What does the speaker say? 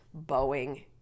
Boeing